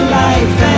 life